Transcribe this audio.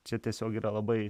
čia tiesiog yra labai